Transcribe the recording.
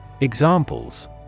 Examples